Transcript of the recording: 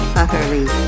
utterly